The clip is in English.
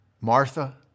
Martha